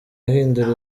ahindura